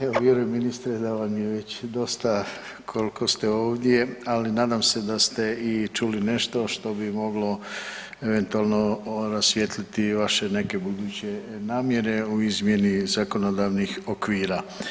Evo, vjerujem ministre da vam je već dosta koliko ste ovdje, ali nadam se i da ste čuli nešto što bi moglo eventualno rasvijetliti vaše neke buduće namjere u izmjeni zakonodavnih okvira.